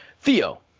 Theo